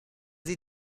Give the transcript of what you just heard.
sie